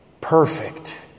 Perfect